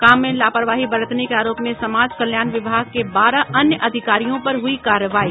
काम में लापरवाही बरतने के आरोप में समाज कल्याण विभाग के बारह अन्य अधिकारियों पर भी हुयी कार्रवाई